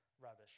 rubbish